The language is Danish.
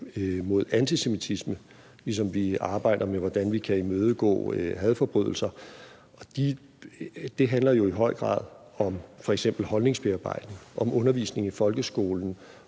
mod antisemitisme, ligesom vi arbejder med, hvordan vi kan imødegå hadforbrydelser. Det handler jo i høj grad om f.eks. holdningsbearbejdning, om undervisning i folkeskolen,